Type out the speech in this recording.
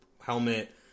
helmet